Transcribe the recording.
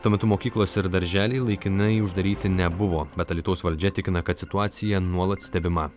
tuo metu mokyklos ir darželiai laikinai uždaryti nebuvo bet alytaus valdžia tikina kad situacija nuolat stebima